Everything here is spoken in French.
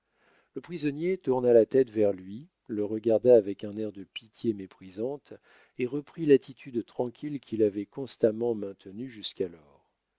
le prisonnier tourna la tête vers lui le regarda avec un air de pitié méprisante et reprit lattitude tranquille qu'il avait constamment maintenue jusqu'alors